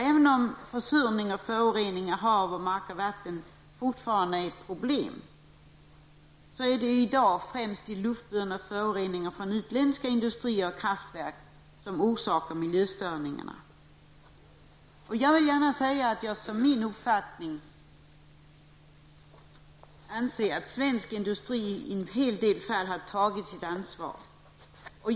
Även om försurning och förorening av hav, mark och vatten fortfarande är ett problem, så är det i dag främst de luftburna föroreningarna från utländska industrier och kraftverk som orsakar miljöstörningarna. Jag anser att svensk industri i en hel del fall har tagit sitt ansvar.